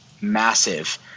massive